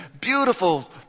beautiful